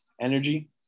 Energy